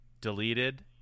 Deleted